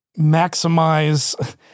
Maximize